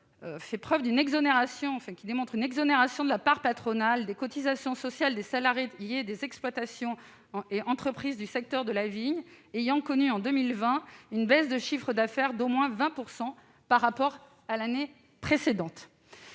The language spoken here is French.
instaure une exonération de la part patronale des cotisations sociales des salariés des exploitations et entreprises du secteur de la vigne ayant connu, en 2020, une baisse de chiffre d'affaires d'au moins 20 % par rapport à l'année précédente.